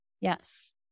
Yes